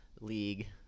League